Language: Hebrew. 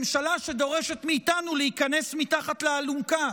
ממשלה שדורשת מאיתנו להיכנס מתחת לאלונקה,